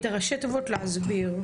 את ראשי התיבות להסביר.